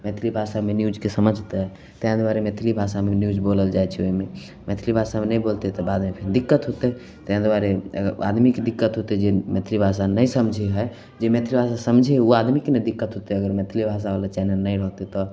मैथिली भाषामे न्यूजके समझतै तेँ दुआरे मैथिली भाषामे न्यूज बोलल जाइ छै ओहिमे मैथिली भाषामे नहि बोलतै तऽ बादमे फेर दिक्कत होतै तेँ दुआरे अगर आदमीके दिक्कत होतै जे मैथिली भाषा नहि समझै हइ जे मिथिला समझै हइ ओ आदमीके नहि दिक्कत होतै अगर मैथिली भाषावला चैनल नहि रहतै तऽ